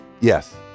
Yes